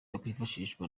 yakwifashishwa